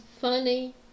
funny